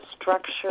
structure